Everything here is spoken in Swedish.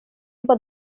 bara